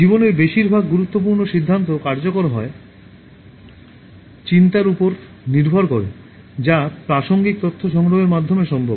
জীবনের বেশিরভাগ গুরুত্বপূর্ণ সিদ্ধান্ত কার্যকর হয় চিন্তার উপর নির্ভর করে যা প্রাসঙ্গিক তথ্য সংগ্রহের মাধ্যমে সম্ভব